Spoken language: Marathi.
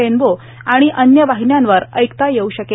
रेनबो आणि अन्य वाहिन्यांवर ऐकता येऊ शकेल